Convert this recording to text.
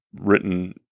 written